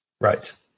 Right